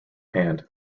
hand